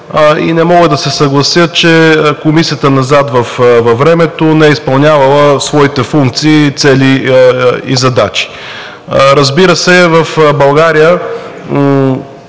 и не мога да се съглася, че Комисията назад във времето не е изпълнявала своите функции, цели и задачи. Разбира се, в България